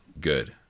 good